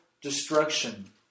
destruction